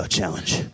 challenge